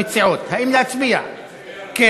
חברי הכנסת יצחק הרצוג,